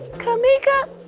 kameeka,